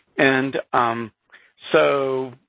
and so,